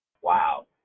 Wow